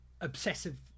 obsessive